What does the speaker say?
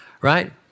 Right